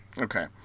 Okay